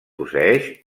posseeix